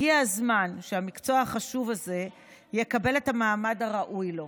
הגיע הזמן שהמקצוע החשוב הזה יקבל את המעמד הראוי לו.